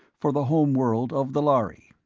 for the home world of the lhari.